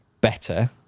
better